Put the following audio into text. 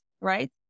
right